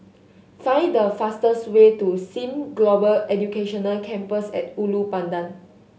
find the fastest way to Sim Global Education Campus At Ulu Pandan